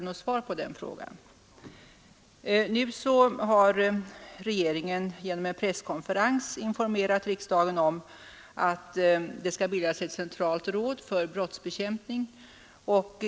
Nu har regeringen genom en presskonferens informerat riksdagen om att det skall bildas ett centralt råd för brottsbekämpning.